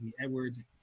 Edwards